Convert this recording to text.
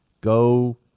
Go